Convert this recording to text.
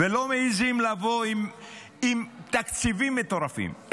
ולא מעיזים לבוא עם תקציבים מטורפים,